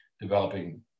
developing